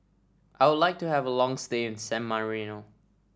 I would like to have a long stay in San Marino